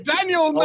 Daniel